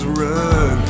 run